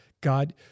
God